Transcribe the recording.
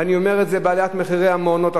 ואני אדבר עכשיו על עליית מחירי המעונות.